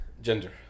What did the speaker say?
gender